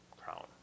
crown